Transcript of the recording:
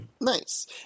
Nice